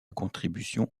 contribution